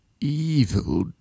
Evil